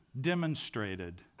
demonstrated